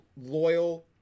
loyal